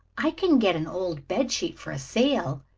i can get an old bed-sheet for a sail,